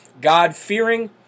God-fearing